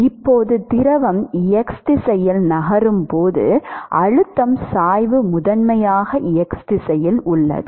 இப்போது திரவம் x திசையில் நகரும் போது அழுத்தம் சாய்வு முதன்மையாக x திசையில் உள்ளது